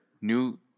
new